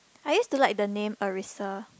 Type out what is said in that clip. I used to like the name Arissa